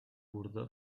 bordó